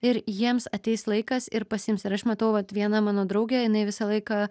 ir jiems ateis laikas ir pasiims ir aš matau vat viena mano draugė jinai visą laiką